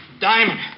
Diamond